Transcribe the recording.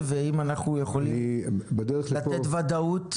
וזה הדבר הכי חשוב לנגד עינינו,